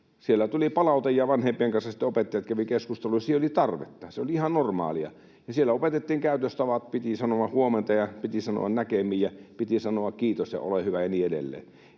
siellä tuli palaute, ja vanhempien kanssa sitten opettajat kävivät keskustelua, jos siihen oli tarvetta. Se oli ihan normaalia. Ja siellä opetettiin käytöstavat, piti sanoa ”huomenta”, piti sanoa ”näkemiin” ja piti sanoa ”kiitos” ja ”ole hyvä” ja niin edelleen.